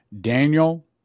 Daniel